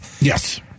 Yes